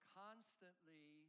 constantly